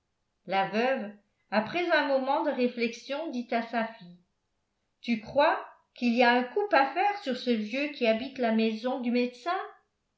la veuve après un moment de réflexion dit à sa fille tu crois qu'il y a un coup à faire sur ce vieux qui habite la maison du médecin